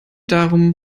darum